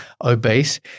obese